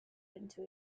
into